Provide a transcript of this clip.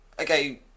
okay